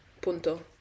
Punto